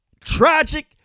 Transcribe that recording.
tragic